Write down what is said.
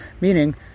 Meaning